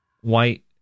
white